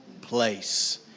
place